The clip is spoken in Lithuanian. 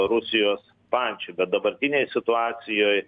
rusijos pančių bet dabartinėj situacijoj